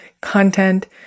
content